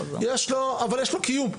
אבל יש לו קיום.